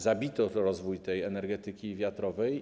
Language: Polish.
Zabito rozwój energetyki wiatrowej.